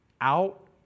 out